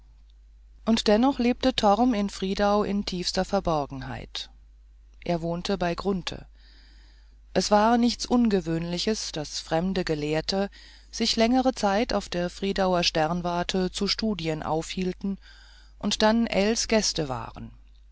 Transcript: und dennoch lebte torm in friedau in tiefster verborgenheit er wohnte bei grunthe es war nichts ungewöhnliches daß fremde gelehrte sich längere zeit auf der friedauer sternwarte zu studien aufhielten und dann ells gäste waren